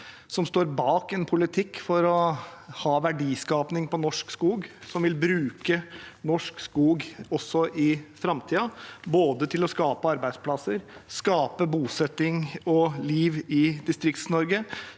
som står bak en politikk for å ha verdiskaping fra norsk skog, som vil bruke norsk skog også i framtiden, til å skape både arbeidsplasser, bosetting og liv i Distrikts-Norge,